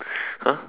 !huh!